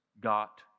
got